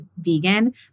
vegan